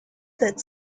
that